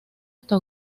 hasta